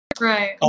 right